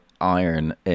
iron